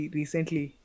recently